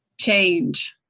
Change